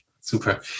Super